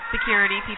security